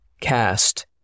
cast